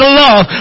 love